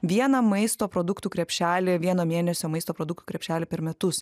vieną maisto produktų krepšelį vieno mėnesio maisto produktų krepšelį per metus